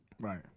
Right